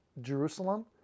Jerusalem